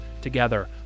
together